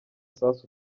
sasu